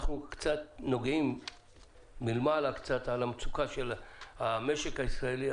אנחנו קצת נוגעים מלמעלה על מצוקת המשק הישראלי,